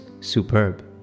superb